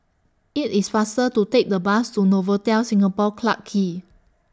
IT IS faster to Take The Bus to Novotel Singapore Clarke Quay